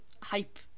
hype